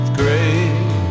great